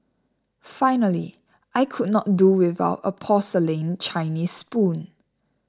finally I could not do without a porcelain Chinese spoon